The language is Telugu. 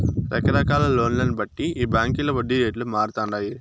రకరకాల లోన్లను బట్టి ఈ బాంకీల వడ్డీ రేట్లు మారతండాయి